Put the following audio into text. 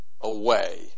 away